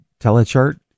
Telechart